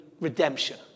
redemption